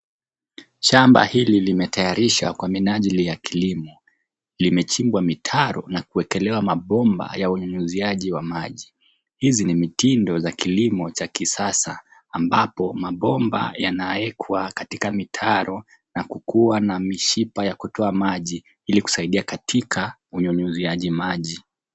Shamba hili limetayarishwa kwa minajili ya kilimo, limechimbwa mitaro na kuekelewa mabomba ya unyunyiziaji wa maji. Hizi ni mitindo za kilimo cha kisasa ambapo mabomba yanawekwa katika mitaro na kukua na mishipa ya kutoa maji ili kusaidia katika unyunyiziaji maji.